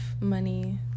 money